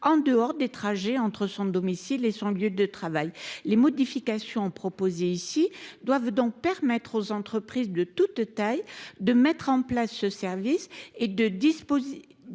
en dehors des trajets entre son domicile et son lieu de travail. Les modifications proposées ici doivent permettre aux entreprises de toute taille de mettre en place ce service, avec, en